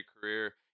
career